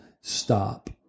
stop